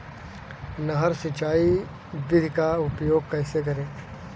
नहर सिंचाई विधि का उपयोग कैसे करें?